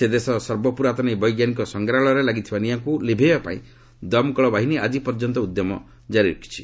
ସେ ଦେଶର ସର୍ବପୁରାତନ ଏହି ବୈଜ୍ଞାନିକ ସଂଗ୍ରହାଳୟରେ ଲାଗିଥିବା ନିଆଁକୁ ଲିଭାଇବାପାଇଁ ଦମକଳ ବାହିନୀ ଆକି ପର୍ଯ୍ୟନ୍ତ ଉଦ୍ୟମ ଜାରି ରଖିଛି